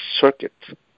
circuit